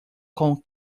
con